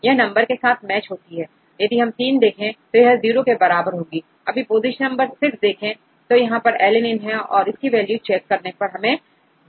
यह नंबर के साथ मैच होती है यदि हम 3देखें तो यहां जीरो के बराबर होगा अभी पोजीशन नंबर6 देखें यहalanie है इसकी वैल्यू चेक करने पर हमें 0638मिलेगा